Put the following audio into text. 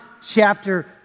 chapter